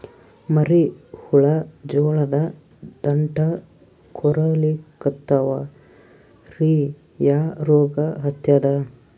ಮರಿ ಹುಳ ಜೋಳದ ದಂಟ ಕೊರಿಲಿಕತ್ತಾವ ರೀ ಯಾ ರೋಗ ಹತ್ಯಾದ?